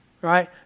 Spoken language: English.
right